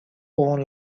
own